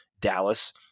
Dallas